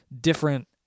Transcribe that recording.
different